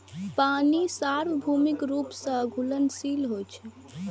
पानि सार्वभौमिक रूप सं घुलनशील होइ छै